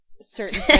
certain